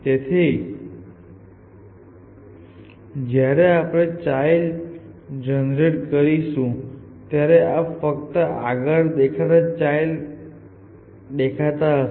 તેથી જ્યારે આપણે ચાઈલ્ડ જનરેટ કરીશું ત્યારે આ ફક્ત આગળ દેખાતા ચાઈલ્ડ દેખાતા હશે